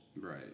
Right